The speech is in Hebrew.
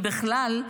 אם בכלל,